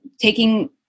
taking